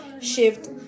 shift